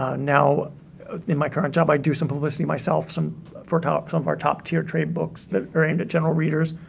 ah now in my current job i do some publicity myself, some for top-some of our top tier trade books that are aimed at general readers,